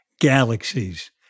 galaxies